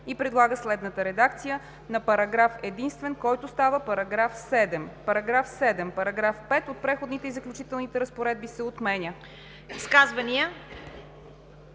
и предлага следната редакция на параграф единствен, който става § 7: „§ 7. Параграф 5 от преходните и заключителните разпоредби се отменя.“